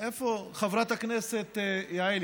איפה חברת הכנסת יעל?